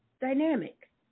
dynamic